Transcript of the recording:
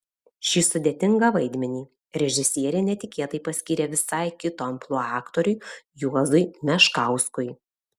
šį sudėtingą vaidmenį režisierė netikėtai paskyrė visai kito amplua aktoriui juozui meškauskui